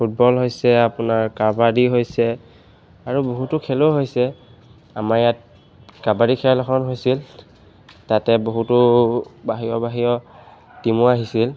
football হৈছে আপোনাৰ কাবাডী হৈছে আৰু বহুতো খেলো হৈছে আমাৰ ইয়াত কাবাডী খেল এখন হৈছিল তাতে বহুতো বাহিৰৰ বাহিৰৰ টীমো আহিছিল